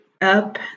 up